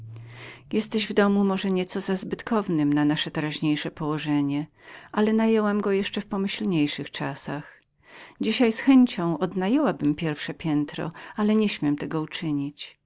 jesteś w domu może nieco za zbytkowym na nasze teraźniejsze położenie ale najęłam go jeszcze w pomyślniejszych czasach dzisiaj z chęcią odnajęłabym pierwsze piętro ale nieśmiem tego uczynić